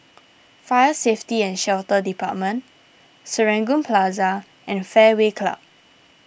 Fire Safety and Shelter Department Serangoon Plaza and Fairway Club